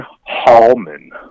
Hallman